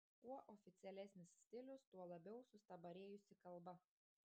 kuo oficialesnis stilius tuo labiau sustabarėjusi kalba